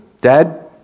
Dad